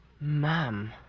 ma'am